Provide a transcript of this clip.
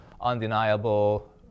undeniable